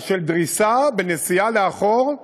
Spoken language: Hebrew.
של דריסה בנסיעה לאחור,